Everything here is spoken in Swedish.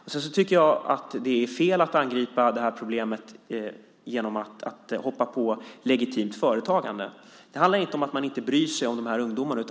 Jag tycker att det är fel att angripa problemet genom att hoppa på legitimt företagande. Det handlar inte om att man inte bryr sig om ungdomar.